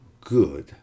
good